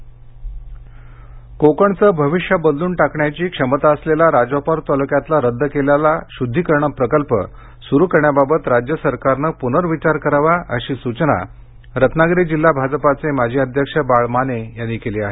refinery प्रकल्प कोकणचे भविष्य बदलून टाकण्याची क्षमता असलेला राजापूर तालुक्यातील रद्द केलेला शुद्धिकरण प्रकल्प सुरू करण्याबाबत राज्य सरकारने पुनर्विचार करावा अशी सूचना रत्नागिरी जिल्हा भाजपाचे माजी अध्यक्ष बाळ माने यांनी केली आहे